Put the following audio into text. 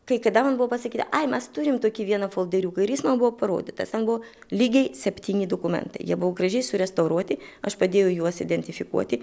kai kada man buvo pasakyta ai mes turim tokį vieną folderiuką ir jis man buvo parodytas ten buvo lygiai septyni dokumentai jie buvo gražiai surestauruoti aš padėjau juos identifikuoti